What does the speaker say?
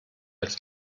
als